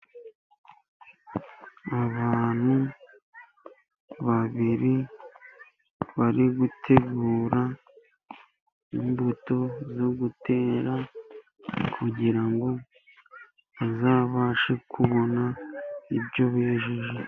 Abantu babiri bari gutegura imbuto zo gutera kugira ngo bazabashe kubona ibyo bejeje.